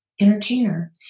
entertainer